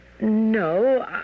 No